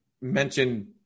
mention